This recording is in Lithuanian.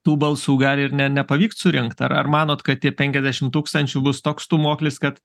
tų balsų gali ir ne nepavykt surinkt ar ar manot kad tie penkiasdešim tūkstančių bus toks stūmoklis kad